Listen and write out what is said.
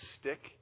stick